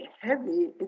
heavy